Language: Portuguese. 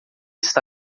está